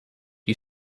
you